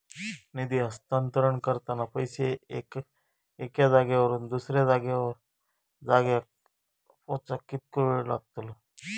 निधी हस्तांतरण करताना पैसे एक्या जाग्यावरून दुसऱ्या जाग्यार पोचाक कितको वेळ लागतलो?